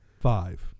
Five